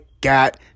got